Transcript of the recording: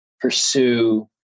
pursue